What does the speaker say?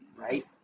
Right